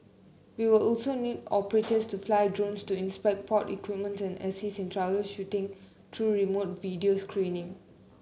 we will also need operators to fly drones to inspect port equipment and assist in troubleshooting through remote video screening